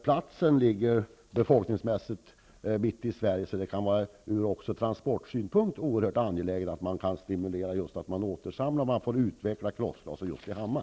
Platsen ligger mitt i Sverige, och därför kan det även ur transportsynpunkt vara oerhört angeläget att stimulera återsamling här och utveckla hanteringen av krossglaset just i Hammar.